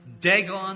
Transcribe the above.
Dagon